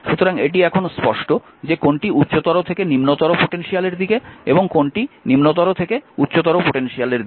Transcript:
সুতরাং এটি এখন স্পষ্ট যে কোনটি উচ্চতর থেকে নিম্নতর পোটেনশিয়ালের দিকে এবং কোনটি নিম্নতর থেকে উচ্চতর পোটেনশিয়ালের দিকে